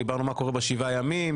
דיברנו מה קורה ב-שבעה ימים,